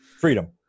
freedom